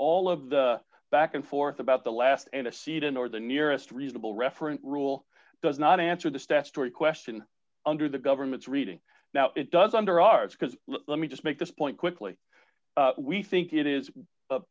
all of the back and forth about the last and a seat in or the nearest reasonable referent rule does not answer the statutory question under the government's reading now it does under ours because let me just make this point quickly we think it is